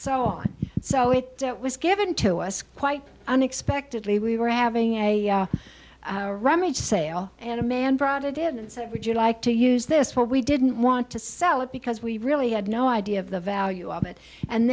so on so it was given to us quite unexpectedly we were having a rummage sale and a man brought it did and said would you like to use this for we didn't want to sell it because we really had no idea of the value of it and